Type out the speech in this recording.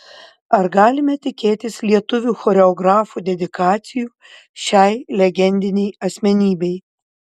ar galime tikėtis lietuvių choreografų dedikacijų šiai legendinei asmenybei